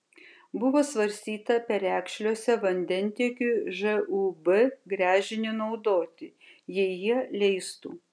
buvo svarstyta perekšliuose vandentiekiui žūb gręžinį naudoti jei jie leistų